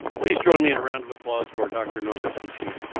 please join me in a round of applause for dr. norma chinchilla.